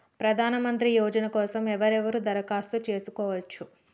ప్రధానమంత్రి యోజన కోసం ఎవరెవరు దరఖాస్తు చేసుకోవచ్చు?